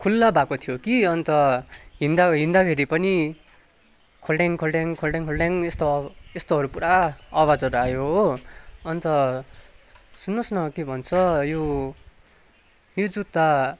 खुल्ला भएको थियो कि अन्त हिँड्दा हिँड्दाखेरि पनि खोल्ट्याङ खोल्ट्याङ खोल्ट्याङ खोल्ट्याङ यस्तोहरू पुरा अवाजहरू आयो हो अन्त सुन्नुहोस् न के भन्छ यो यो जुत्ता